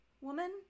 woman